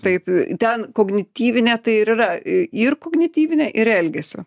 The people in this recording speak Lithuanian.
taip ten kognityvinė tai yra į ir kognityvinė ir elgesio